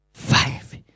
Five